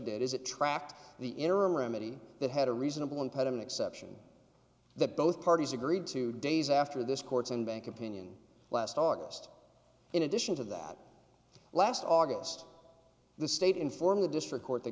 did is it tracked the interim remedy that had a reasonable impediment exception that both parties agreed to days after this court's in bank opinion last august in addition to that last august the state informed the district court th